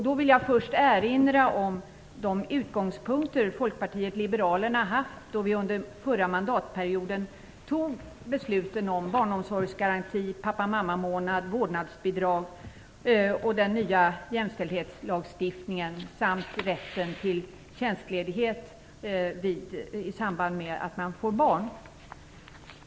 Då vill jag först erinra om de utgångspunkter som Folkpartiet liberalerna haft då vi under förra mandatperioden fattade besluten om barnomsorgsgaranti, pappa/mammamånad, vårdnadsbidrag och den nya jämställdhetslagstiftningen samt rätten till tjänstledighet i samband med att man föder barn.